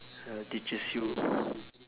uh teaches you